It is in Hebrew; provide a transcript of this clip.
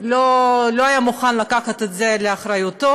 לא היה מוכן לקחת את זה לאחריותו,